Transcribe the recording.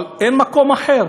אבל אין מקום אחר.